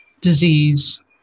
disease